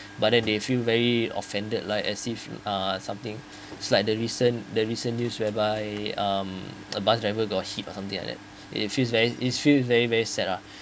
but then they feel very offended like as if uh something is like the recent the recent news whereby um a bus driver got hit or something like that it feels very he feels very very sad lah